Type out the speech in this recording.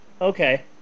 okay